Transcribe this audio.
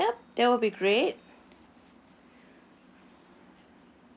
yup that will be great